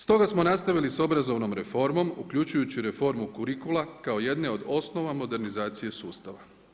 Stoga smo nastavili sa obrazovnom reformom uključujući kurikula kao jedne od osnova modernizacije sustava.